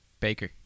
Baker